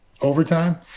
overtime